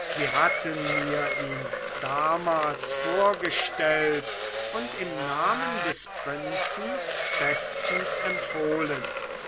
sie hatten mir ihn damals vorgestellt und im name des prinzen bestens empfohlen